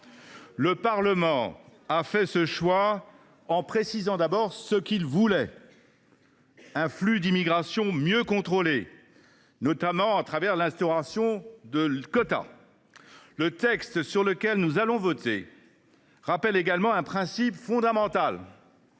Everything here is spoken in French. Le Parlement a fait ce choix en précisant, d’abord, ce qu’il voulait : un flux d’immigration mieux contrôlé, notamment par l’instauration de quotas. Le texte sur lequel nous allons voter rappelle également un principe fondamental